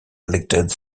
elected